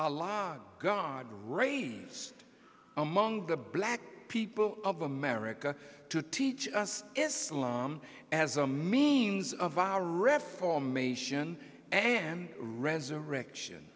a lie god raise among the black people of america to teach us islam as a means of our reformation and resurrection